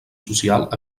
social